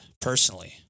personally